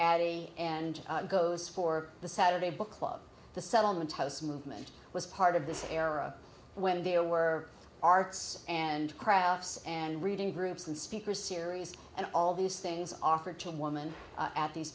addie and goes for the saturday book club the settlement house movement was part of the era when they were arts and crafts and reading groups and speaker series and all these things offered to woman at these